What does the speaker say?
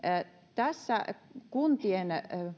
tässä kuntien